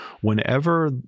whenever